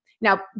Now